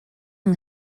yng